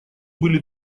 были